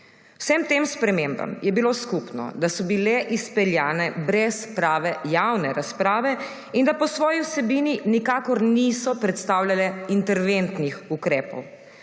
Vsem tem spremembam je bilo skupno, da so bile izpeljane brez prave javne razprave in da po svoji vsebini nikakor niso predstavljale interventnih ukrepov.